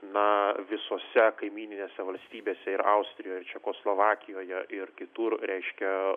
na visose kaimyninėse valstybėse ir austrijoje čekoslovakijoje ir kitur reiškia